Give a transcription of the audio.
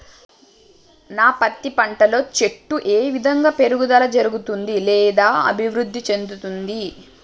నా పత్తి పంట లో చెట్టు ఏ విధంగా పెరుగుదల జరుగుతుంది లేదా అభివృద్ధి చెందుతుంది?